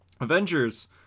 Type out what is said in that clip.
avengers